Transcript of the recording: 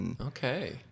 Okay